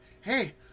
Hey